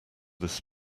this